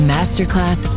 Masterclass